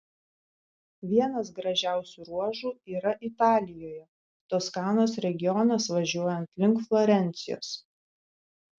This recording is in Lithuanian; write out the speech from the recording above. vienas gražiausių ruožų yra italijoje toskanos regionas važiuojant link florencijos